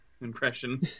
impression